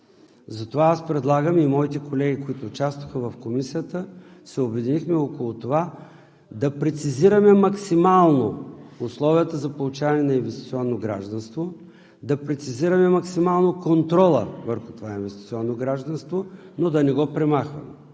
става още по-важна. Моите колеги, които участваха в Комисията, се обединихме около това да прецизираме максимално условията за получаване на инвестиционно гражданство, да прецизираме максимално контрола върху това инвестиционно гражданство, но да не го премахваме.